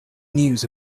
news